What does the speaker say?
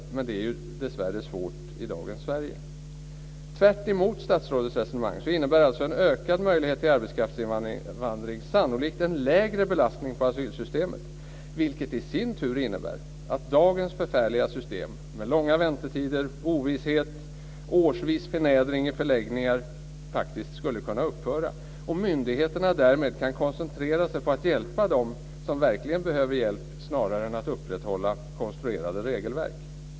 Men det är ju dessvärre svårt i dagens Sverige. Tvärtemot statsrådets resonemang innebär alltså en ökad möjlighet till arbetskraftsinvandring sannolikt en lägre belastning på asylsystemet, vilket i sin tur innebär att dagens förfärliga system med långa väntetider, ovisshet och årsvis förnedring i förläggningar skulle kunna upphöra. Därmed skulle myndigheterna kunna koncentrera sig på att hjälpa dem som verkligen behöver hjälp snarare än att upprätthålla konstruerade regelverk.